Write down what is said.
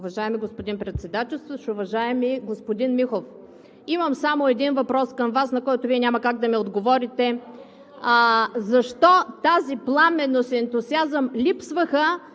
Уважаеми господин Председателстващ! Уважаеми господин Михов, имам само един въпрос към Вас, на който Вие няма как да ми отговорите: защо тази пламенност и ентусиазъм липсваха